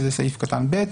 שזה סעיף קטן (ב),